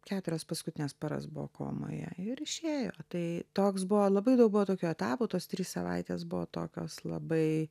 keturias paskutines paras buvo komoje ir išėjo tai toks buvo labai daug buvo tokio etapų tos trys savaitės buvo tokios labai